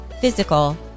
physical